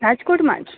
રાજકોટમાં જ